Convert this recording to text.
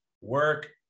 work